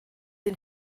den